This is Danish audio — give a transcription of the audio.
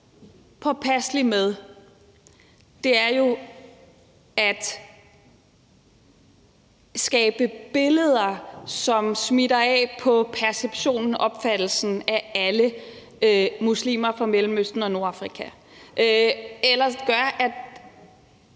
påpasselig med, er jo at skabe billeder, som smitter af på perceptionen, altså opfattelsen af alle muslimer fra Mellemøsten og Nordafrika, eller som gør, at